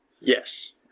Yes